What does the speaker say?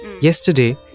Yesterday